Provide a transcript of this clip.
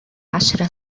عشر